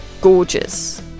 gorgeous